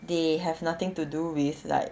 they have nothing to do with like